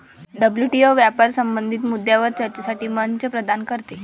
WTO व्यापार संबंधित मुद्द्यांवर चर्चेसाठी मंच प्रदान करते